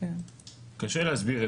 מגיירים את